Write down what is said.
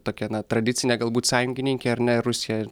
tokia na tradicinė galbūt sąjungininkė ar ne rusija